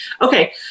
Okay